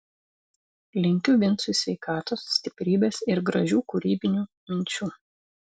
linkiu vincui sveikatos stiprybės ir gražių kūrybinių minčių